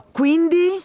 quindi